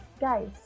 Guys